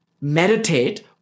meditate